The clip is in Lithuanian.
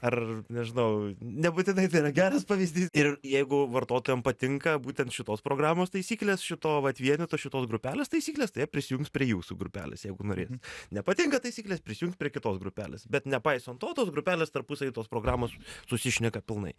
ar nežinau nebūtinai tai yra geras pavyzdys ir jeigu vartotojam patinka būtent šitos programos taisyklės šito vat vieneto šitos grupelės taisyklės tai jie prisijungs prie jūsų grupelės jeigu norės nepatinka taisyklės prisijungs prie kitos grupelės bet nepaisant to tos grupelės tarpusavy tos programos susišneka pilnai